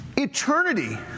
eternity